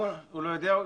אם הוא לא יודע,